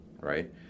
Right